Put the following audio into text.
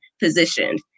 positioned